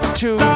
two